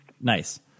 Nice